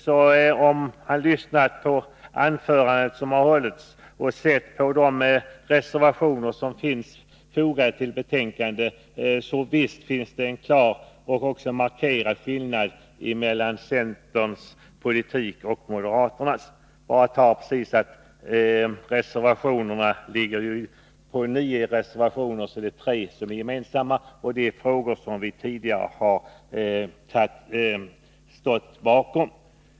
Om han hade lyssnat på de anföranden som har hållits och studerat de reservationer som finns fogade till betänkandet hade han kunnat konstatera att det finns en klar och markerad skillnad mellan centerns politik och moderaternas. Av de nio reservationer som är fogade till skatteutskottets betänkande är tre gemensamma. De gäller krav som vi tidigare har stått bakom.